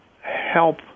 help